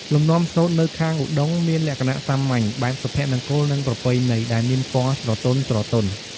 លំនាំសូត្រនៅខាងឩត្តុង្គ មានលក្ខណៈសាមញ្ញ បែបសុភមង្គល និងប្រពៃណី ដែលមានពណ៌ស្រទន់ៗ។